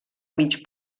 mig